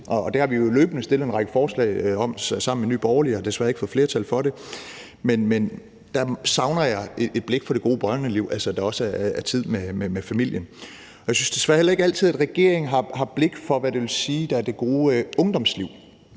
det har vi jo løbende fremsat en række forslag om sammen med Nye Borgerlige, men har desværre ikke fået flertal for det. Men der savner jeg et blik for det gode børneliv, altså at der også er tid med familien. Jeg synes desværre heller ikke altid, at regeringen har blik for, hvad der er det gode ungdomsliv.